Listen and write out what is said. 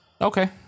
Okay